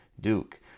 Duke